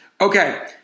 Okay